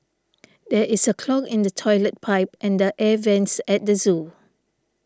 there is a clog in the Toilet Pipe and the Air Vents at the zoo